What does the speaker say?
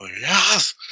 yes